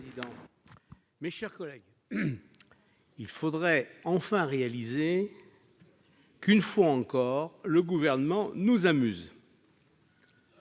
Mes chers collègues, il faudrait enfin réaliser que, une fois encore, le Gouvernement nous amuse